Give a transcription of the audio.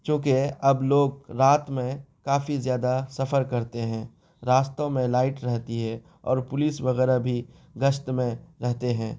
چونکہ اب لوگ رات میں کافی زیادہ سفر کرتے ہیں راستوں میں لائٹ رہتی ہے اور پولیس وغیرہ بھی گشت میں رہتے ہیں